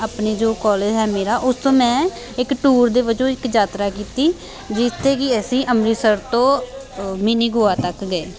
ਆਪਣੇ ਜੋ ਕੋਲਜ ਹੈ ਮੇਰਾ ਉਸ ਤੋਂ ਮੈਂ ਇੱਕ ਟੂਰ ਦੇ ਵਜੋਂ ਇੱਕ ਯਾਤਰਾ ਕੀਤੀ ਜਿਸ ਅਤੇ ਕਿ ਅਸੀਂ ਅੰਮ੍ਰਿਤਸਰ ਤੋਂ ਮਿਨੀ ਗੋਆ ਤੱਕ ਗਏ